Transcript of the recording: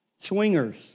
swingers